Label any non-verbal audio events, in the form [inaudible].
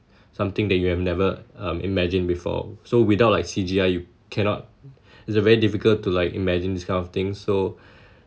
something that you have never um imagined before so without like C_G_I you cannot [breath] it's very difficult to like imagine this kind of things so